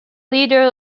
leader